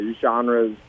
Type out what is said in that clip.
genres